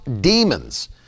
demons